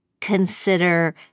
consider